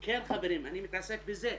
כן, חברים, אני מתעסק בזה.